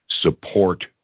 support